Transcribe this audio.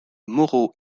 moraux